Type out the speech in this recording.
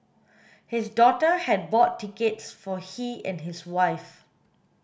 his daughter had bought tickets for he and his wife